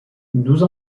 douze